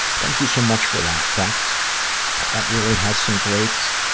thank you so much for that. that, that really have some great,